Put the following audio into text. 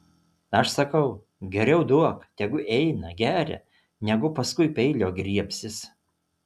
aš sakau geriau duok tegu eina geria negu paskui peilio griebsis